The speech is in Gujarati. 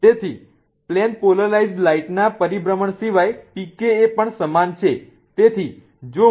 તેથી પ્લેન પોલરાઇઝ્ડ લાઇટ ના પરિભ્રમણ સિવાય pKa પણ સમાન છે